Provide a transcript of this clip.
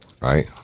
Right